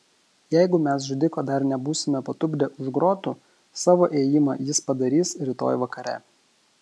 jeigu mes žudiko dar nebūsime patupdę už grotų savo ėjimą jis padarys rytoj vakare